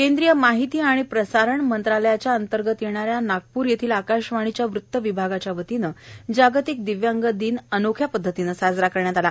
केंद्रीय माहिती आणि प्रसारण कार्यालयाच्या अंतर्गत येणाऱ्या नागपूर येथील आकाशवाणीच्या वृत्त विभागाच्यावतीने जागतिक दिव्यांग दिन अनोख्या पद्धतीने साजरा करण्यात आला